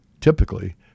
typically